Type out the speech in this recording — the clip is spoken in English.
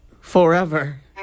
forever